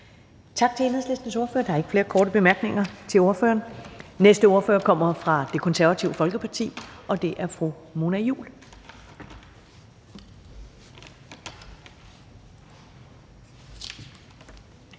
Tak til Enhedslistens ordfører. Der er ikke flere korte bemærkninger til ordføreren. Den næste ordfører kommer fra Det Konservative Folkeparti, og det er fru Mona Juul.